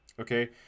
okay